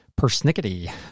persnickety